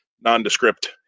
nondescript